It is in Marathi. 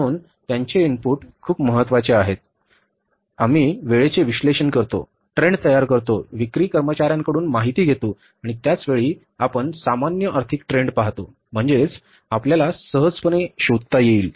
म्हणून त्यांचे इनपुट खूप महत्वाचे आहेत म्हणून आम्ही वेळचे विश्लेषण करतो आम्ही ट्रेंड तयार करतो आम्ही विक्री कर्मचार्यांकडून घेतलेली माहिती घेतो आणि त्याच वेळी आपण सामान्य आर्थिक ट्रेंड पाहतो म्हणजे आपल्याला सहजपणे शोधता येते